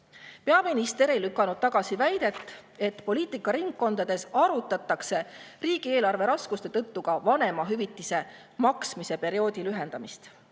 jätkub. Peaminister ei lükanud tagasi väidet, et poliitikaringkondades arutatakse riigieelarve raskuste tõttu ka vanemahüvitise maksmise perioodi lühendamist.